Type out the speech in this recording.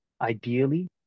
ideally